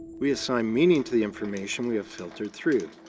we assign meaning to the information we have filtered through.